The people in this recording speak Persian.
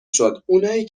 شد، اونایی